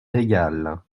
régale